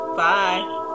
bye